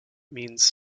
means